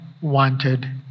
wanted